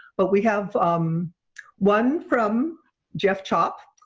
but we have um one from jeff chop,